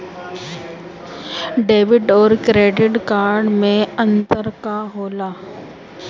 Debit और credit card मे अंतर का होला?